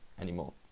anymore